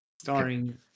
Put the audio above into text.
starring